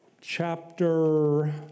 chapter